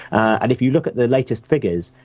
and if you look at the latest figures,